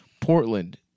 Portland